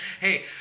Hey